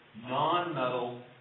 non-metal